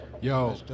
Yo